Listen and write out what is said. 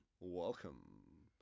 Welcome